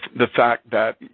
the fact that,